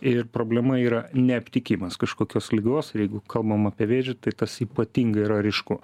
ir problema yra neaptikimas kažkokios ligos jeigu kalbam apie vėžį tai tas ypatingai yra ryšku